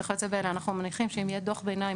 אז אנחנו מעריכים ומניחים שאם יהיה דוח ביניים